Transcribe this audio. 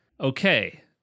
okay